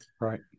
Right